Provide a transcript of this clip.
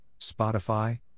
Spotify